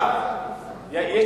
חבר הכנסת מולה,